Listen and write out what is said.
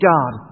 God